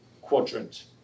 quadrant